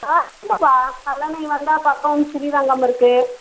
ஆ இல்லைப்பா கல்லணை வந்தால் பக்கம் ஸ்ரீரங்கம் இருக்குது